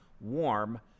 warm